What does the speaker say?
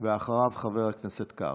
אחריו, חבר הכנסת קרעי.